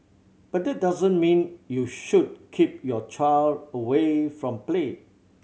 but that doesn't mean you should keep your child away from play